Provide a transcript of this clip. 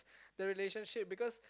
the relationship because